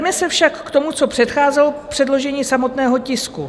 Vraťme se však k tomu, co předcházelo předložení samotného tisku.